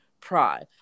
pry